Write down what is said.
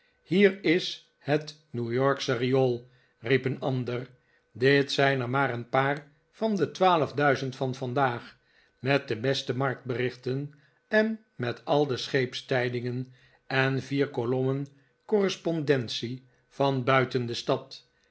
hier is het new yorksche riool riep een ander dit zijn er maar een paar van de twaalf duizend van vandaag met de beste marktberichten en met al de scheepstijdingen en vier kolommen correspondence van buiten de stad